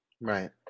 Right